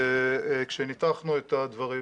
כשניתחנו את הדברים,